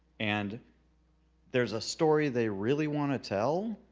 and there's a story they really want to tell,